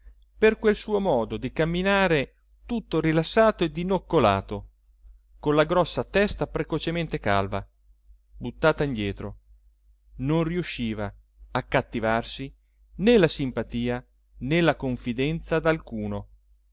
per quel suo modo di camminare tutto rilassato e dinoccolato con la grossa testa precocemente calva buttata indietro non riusciva a cattivarsi né la simpatia né la confidenza d'alcuno